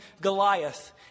Goliath